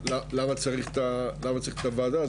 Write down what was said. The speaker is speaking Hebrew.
למה צריך את הוועדה,